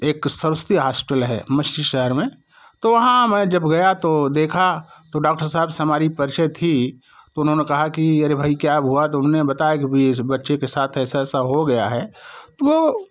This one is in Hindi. एक सस्ती हास्पिटल है मश्सी शहर में तो वहाँ मैं जब गया तो देखा तो डॉक्टर साहब से हमारी परिचय थी तो उन्होंने कहा की अरे भाई क्या होवा तो उन्होंने बताया की अभी बच्चे के साथ ऐसा ऐसा हो गया है वो